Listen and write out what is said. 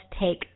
take